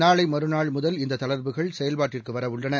நாளை மறுநாள் முதல் இந்த தளர்வுகள் செயல்பாட்டுக்கு வரவுள்ளன